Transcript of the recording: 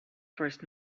first